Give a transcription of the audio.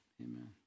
Amen